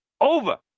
over